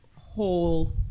whole